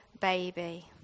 baby